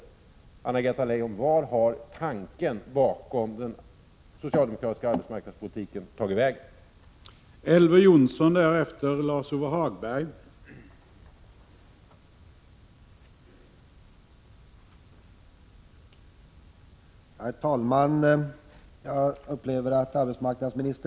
Vart, Anna-Greta Leijon, har tanken bakom den socialdemokratiska arbetsmarknadspolitiken tagit vägen?